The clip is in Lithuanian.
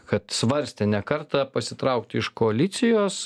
kad svarstė ne kartą pasitraukti iš koalicijos